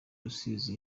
rusizi